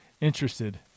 interested